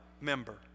member